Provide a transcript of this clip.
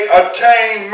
attain